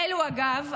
אגב,